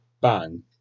bang